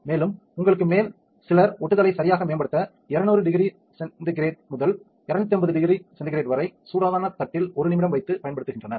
மேலும் உங்களுக்கு மேல் சிலர் ஒட்டுதலை சரியாக மேம்படுத்த 2000 சி முதல் 2500 சி வரை சூடான தட்டில் 1 நிமிடம் வைத்து பயன்படுத்துகின்றனர்